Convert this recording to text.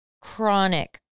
chronic